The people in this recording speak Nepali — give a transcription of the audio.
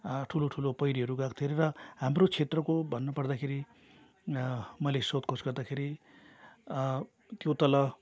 ठुलो ठुलो पहिरोहरू गएको थियो हरे र हाम्रो क्षेत्रको भन्नु पर्दाखेरि मैले सोध खोज गर्दाखेरि त्यो तल